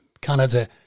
Canada